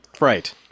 Right